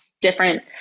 different